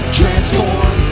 transform